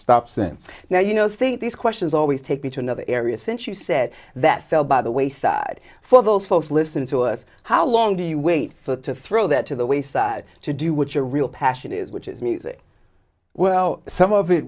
since now you know think these questions always take me to another area since you said that fell by the wayside for those folks listen to us how long do you wait for to throw that to the wayside to do what your real passion is which is music well some of it